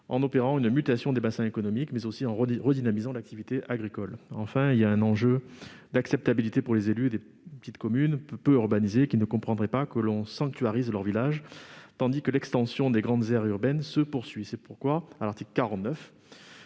en opérant une mutation des bassins économiques, mais aussi en redynamisant l'activité agricole. L'enjeu est aussi celui de l'acceptabilité pour les élus de petites communes peu urbanisées, qui ne comprendraient pas que l'on sanctuarise leurs villages tandis que l'extension des grandes aires urbaines se poursuit. C'est pourquoi nous